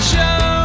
Show